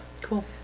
Cool